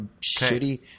shitty